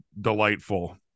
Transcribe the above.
delightful